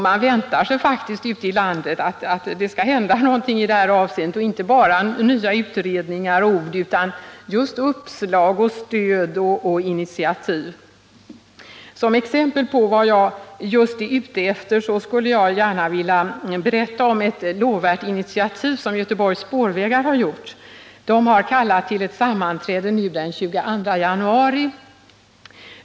Man väntar sig faktiskt ute i landet att något skall hända i det här avseendet — inte bara nya utredningar och ord utan just uppslag, stöd och initiativ. Som exempel på vad jag är ute efter skulle jag gärna vilja berätta om ett lovvärt initiativ som Göteborgs spårvägar tagit. De har kallat till ett sammanträde den 22 januari.